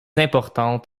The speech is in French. importantes